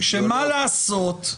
-- שמה לעשות,